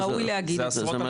ראוי להגיד את זה.